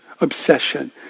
Obsession